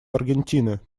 аргентины